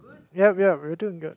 yep yep we're too good